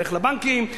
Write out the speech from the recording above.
תלך לבנקים,